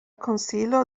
konsilo